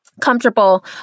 comfortable